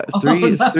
three